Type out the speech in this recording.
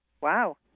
Wow